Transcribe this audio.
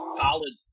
solid